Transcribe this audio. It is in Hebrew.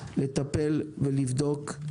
לטפל ולבדוק.